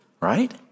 right